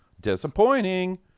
Disappointing